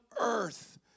earth